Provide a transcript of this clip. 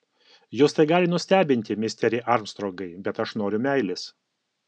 jus tai gali nustebinti misteri armstrongai bet aš noriu meilės